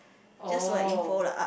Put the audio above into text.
oh